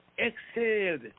exhaled